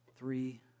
Three